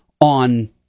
on